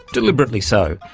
deliberately so,